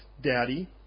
daddy